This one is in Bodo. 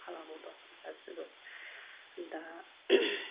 फाला बदल गासिबो दा